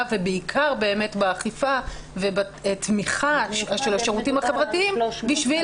ובעיקר באכיפה ובתמיכה של השירותים החברתיים בשביל